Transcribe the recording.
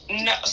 No